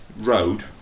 road